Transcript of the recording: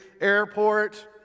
airport